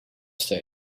steen